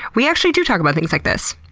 we actually do talk about things like this.